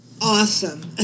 awesome